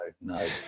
no